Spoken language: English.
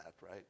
right